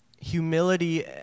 humility